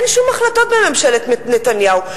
אין שום החלטות בממשלת נתניהו,